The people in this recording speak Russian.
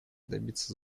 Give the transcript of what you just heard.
добиться